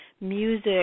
music